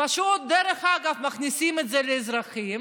פשוט דרך אגב מכניסים את זה לאזרחים